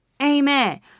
Amen